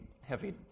heavy